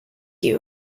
you